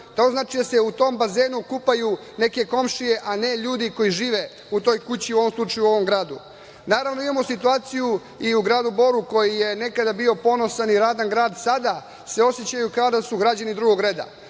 To znači da se u tom bazenu kupaju neke komšije, a ne ljudi koji žive u toj kući, u ovom slučaju u ovom gradu. Naravno, imamo situaciju i u gradu Boru koji je nekada bio ponosan i rad grad, sada se osećaju kao da su građani drugog reda.